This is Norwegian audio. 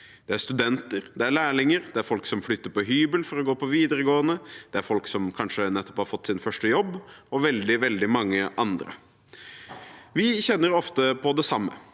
Det er studenter, lærlinger, folk som flytter på hybel for å gå på videregående, folk som kanskje nettopp har fått sin første jobb, og veldig mange andre. Vi kjenner ofte på det samme: